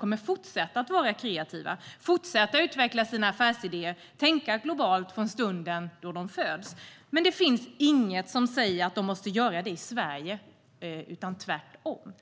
kommer att fortsätta att vara kreativa, utveckla sina affärsidéer och tänka globalt från den stund då idéerna föds. Men det finns inget som säger att de måste göra det i Sverige, utan tvärtom.